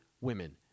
women